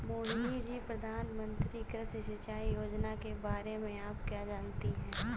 मोहिनी जी, प्रधानमंत्री कृषि सिंचाई योजना के बारे में आप क्या जानती हैं?